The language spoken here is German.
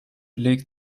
legt